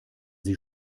sie